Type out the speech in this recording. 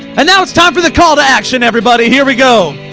and now it's time for the call to action everybody, here we go.